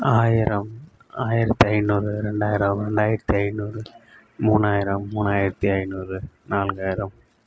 ஆயிரம் ஆயிரத்தி ஐநூறு ரெண்டாயிரம் ரெண்டாயிரத்தி ஐநூறு மூணாயிரம் மூணாயிரத்தி ஐநூறு நான்காயிரம்